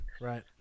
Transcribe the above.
Right